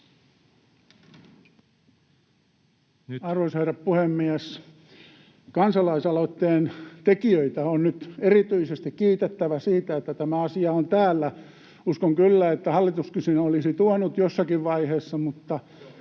Arvoisa herra puhemies! Kansalaisaloitteen tekijöitä on nyt erityisesti kiitettävä siitä, että tämä asia on täällä. Uskon kyllä, että hallituskin sen olisi tuonut jossakin vaiheessa, mutta